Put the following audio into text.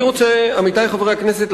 עמיתי חברי הכנסת,